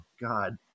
God